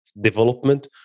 development